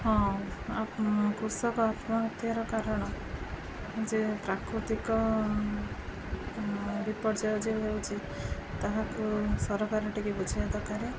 ହଁ କୃଷକ ଆତ୍ମହତ୍ୟାର କାରଣ ଯେ ପ୍ରାକୃତିକ ବିପର୍ଯ୍ୟୟ ଯେଉଁ ହେଉଛି ତାହାକୁ ସରକାର ଟିକେ ବୁଝିବା ଦରକାରେ